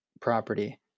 property